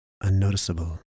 Unnoticeable